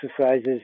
exercises